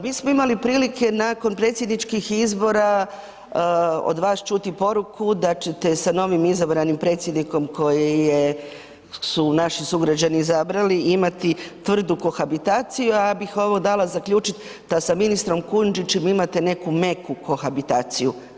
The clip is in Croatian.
Mi smo imali prilike nakon predsjedničkih izbora od vas čuti poruku da ćete sa novim izabranim predsjednikom koji je, su naši sugrađani izabrali, imati tvrdu kohabitaciju, a ja bih ovo dala zaključit da sa ministrom Kujundžićom imate neku meku kohabitaciju.